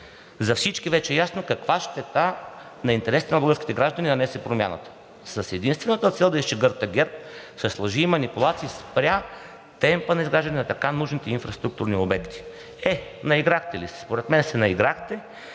За всички вече е ясно каква щета на интересите на българските граждани нанесе Промяната. С единствената цел да изчегъртате ГЕРБ, с лъжи и манипулации спря темпът на изграждане на така нужните инфраструктурни обекти. Е, наиграхте ли се? Според мен се наиграхте.